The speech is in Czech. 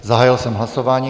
Zahájil jsem hlasování.